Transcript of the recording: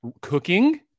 cooking